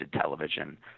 television